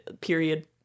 period